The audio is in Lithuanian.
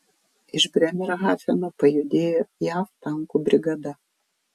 iš brėmerhafeno pajudėjo jav tankų brigada